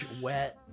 wet